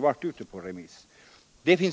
varit ute på remiss och jag har fått ta del av ett korrektur.